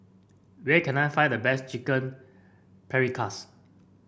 where can I find the best Chicken Paprikas